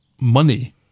money